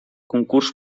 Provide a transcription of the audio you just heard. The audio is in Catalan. concurs